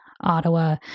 ottawa